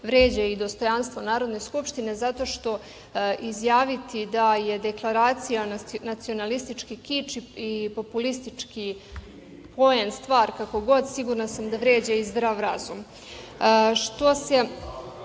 vređa i dostojanstvo Narodne skupštine, zato što izjaviti da je Deklaracija nacionalistički kič i populistički poen, stvar, kako god, sigurna sam da vređa i zdrav razum. Što se